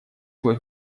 свой